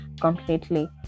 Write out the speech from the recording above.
completely